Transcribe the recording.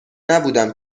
نبودم